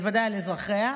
בוודאי על אזרחיה,